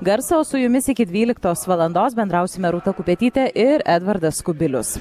garsą o su jumis iki dvyliktos valandos bendrausime rūta kupetytė ir edvardas kubilius